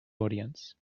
audience